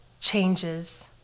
changes